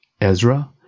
Ezra